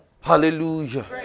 hallelujah